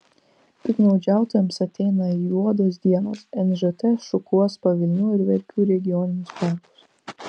piktnaudžiautojams ateina juodos dienos nžt šukuos pavilnių ir verkių regioninius parkus